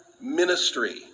ministry